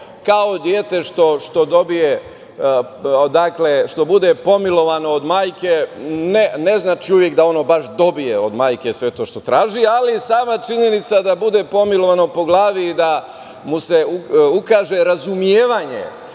kao dete što dobije, što bude pomilovano od majke, ne znači uvek da ono baš dobije od majke sve to što traži, ali sama činjenica da bude pomilovano po glavi i da mu se ukaže razumevanje,